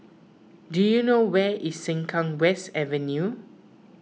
do you know where is Sengkang West Avenue